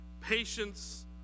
patience